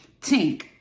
Tink